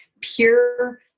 pure